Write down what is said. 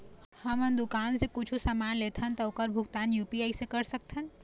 हमन दुकान से कुछू समान लेथन ता ओकर भुगतान यू.पी.आई से कर सकथन?